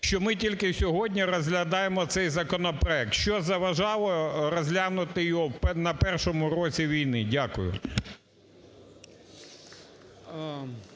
що ми тільки сьогодні розглядаємо цей законопроект. Що заважало розглянути його на першому році війни? Дякую.